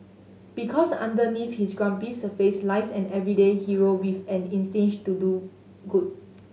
because underneath his grumpy surface lies an everyday hero with an to do good